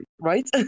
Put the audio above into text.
right